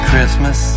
Christmas